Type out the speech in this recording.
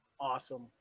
Awesome